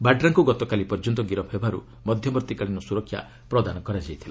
ବାଡ୍ରାଙ୍କୁ ଗତକାଲି ପର୍ଯ୍ୟନ୍ତ ଗିରଫ୍ ହେବାରୁ ମଧ୍ୟବର୍ତ୍ତୀକାଳୀନ ସ୍ତରକ୍ଷା ପ୍ରଦାନ କରାଯାଇଥିଲା